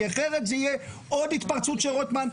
כי אחרת זה יהיה עוד התפרצות של רוטמן,